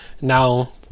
now